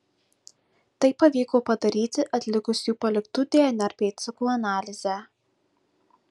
tai pavyko padaryti atlikus jų paliktų dnr pėdsakų analizę